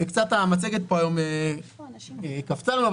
קצת המצגת פה היום קפצה לנו,